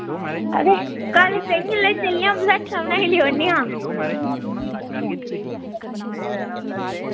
हां ते कल संझलै चलनेआं बसाठियां बनाई ले औनेआं